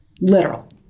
literal